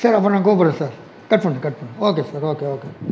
சரி அப்பறம் நான் கூப்பிடுறேன் சார் கட் பண்ணுங்கள் கட் பண்ணுங்கள் ஓகே சார் ஓகே ஓகே